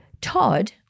Todd